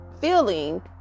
feeling